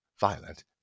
violent